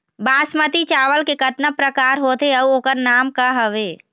बासमती चावल के कतना प्रकार होथे अउ ओकर नाम क हवे?